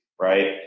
right